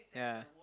yeah